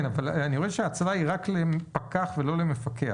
כן, אבל אני רואה שההאצלה היא רק לפקח ולא למפקח.